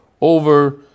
over